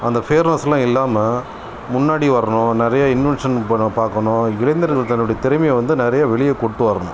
அந்த ஃபியர்னஸ்லாம் இல்லாமல் முன்னாடி வரணும் நிறைய இன்வென்ஷன் பண் பார்க்கணும் இளைஞர்கள் தன்னுடைய திறமையை வந்து நிறைய வெளியே கொண்டு வரணும்